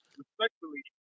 respectfully